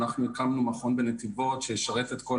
אנחנו הקמנו מכון בנתיבות שישרת את כל